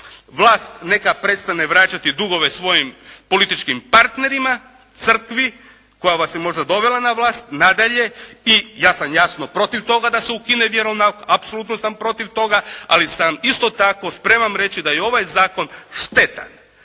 Vlast neka prestane vraćati dugove svojim političkim partnerima, crkvi koja vas je možda i dovela na vlast. Nadalje, ja sam jasno protiv toga da se ukine vjeronauk, apsolutno sam protiv toga, ali sam isto tako spreman reći da je ovaj zakon štetan.